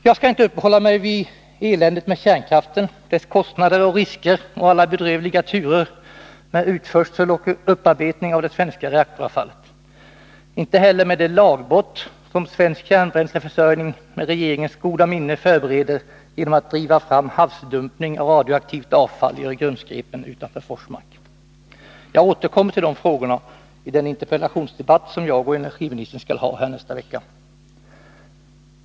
Jag skall inte uppehålla mig vid eländet med kärnkraften, dess kostnader och risker och alla bedrövliga turer med utförsel och upparbetning av det svenska reaktoravfallet, och inte heller vid det lagbrott som Svensk Kärnbränsleförsörjning med regeringens goda minne förbereder genom att driva fram havsdumpning av radioaktivt avfall i Öregrundsgrepen utanför Forsmark. Jag återkommer till de frågorna i den interpellationsdebatt som jag och energiministern skall ha nästa vecka.